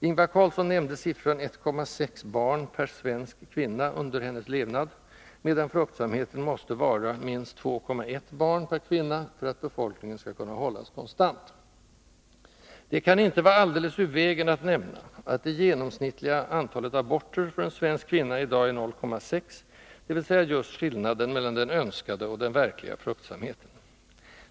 Ingvar Carlsson nämnde siffran 1,6 barn per svensk kvinna under hennes levnad, medan fruktsamheten måste vara minst 2,1 barn per kvinna för att befolkningen skall kunna hållas konstant. Det kan inte vara alldeles ur vägen att nämna att det genomsnittliga antalet aborter för en svensk kvinna i dag är 0,6, dvs. just skillnaden mellan den önskvärda och den fullföljda fruktsamheten.